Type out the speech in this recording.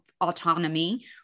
Autonomy